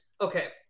Okay